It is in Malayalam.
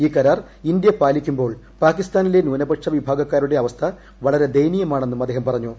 ഈ കരാർ ഇന്ത്യ പാലിക്കുമ്പോൾ പാക്കിസ്റ്റാനിലെ ന്യൂനപക്ഷ വിഭാഗക്കാരുടെ അവസ്ഥ വളരെ ദ്ദ്യൂനീയമാണെന്നും അദ്ദേഹം പറഞ്ഞു